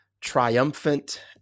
triumphant